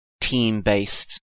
team-based